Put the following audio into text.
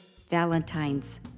Valentines